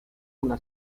una